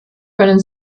können